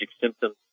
symptoms